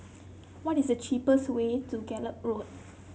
what is the cheapest way to Gallop Road